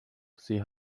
sie